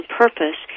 purpose